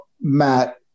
Matt